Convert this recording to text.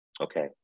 Okay